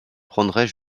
prendrait